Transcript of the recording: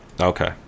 Okay